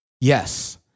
Yes